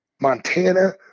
montana